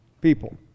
people